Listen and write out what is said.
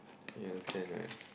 you understand right